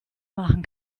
machen